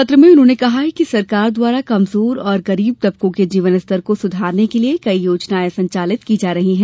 पत्र में उन्होंने कहा है कि सरकार द्वारा कमजोर और गरीब तबको के जीवन स्तर को सुधारने के लिये कई योजनाएं संचालित की जा रही है